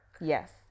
yes